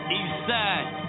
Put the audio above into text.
Eastside